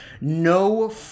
no